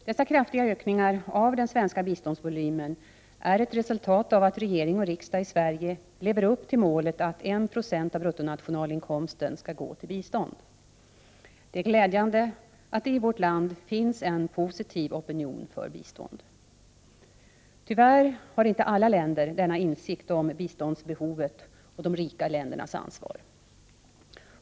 Dessa kraftiga ökningar av den svenska biståndsvolymen är ett resultat av att regering och riksdag i Sverige lever upp till målet att 1 96 av bruttonationalinkomsten skall gå till bistånd. Det är glädjande att det i vårt land finns en positiv opinion för bistånd. Tyvärr har inte alla länder denna insikt om biståndsbehovet och de rika ländernas ansvar.